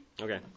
Okay